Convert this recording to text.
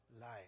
life